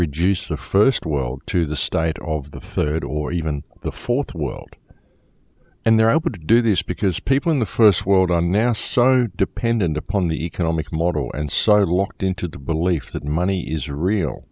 reduce the first world to the state of the third or even the fourth world and there i would do this because people in the first world on nassau are dependent upon the economic model and side locked into the belief that money is a real